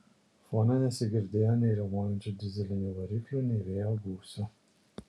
fone nesigirdėjo nei riaumojančių dyzelinių variklių nei vėjo gūsių